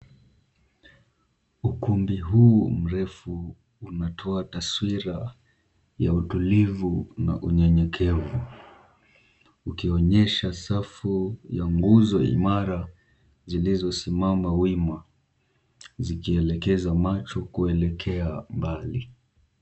Ukumbi huu mrefu unatoa taswira ya utulivu na unyenyekevu, ukionyesha safu ya nguzo imara zilizosimama wima zikielekeza macho kuelekea mbali.